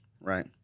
Right